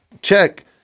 check